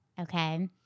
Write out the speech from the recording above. okay